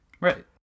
right